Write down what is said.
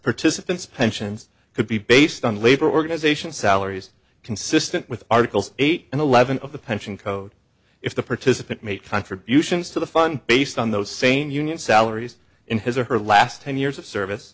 participants pensions could be based on labor organization salaries consistent with articles eight and eleven of the pension code if the participant made contributions to the fun based on those same union salaries in his or her last ten years of service